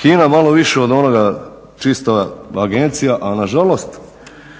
HINA malo više od onoga čista agencija, a nažalost